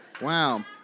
Wow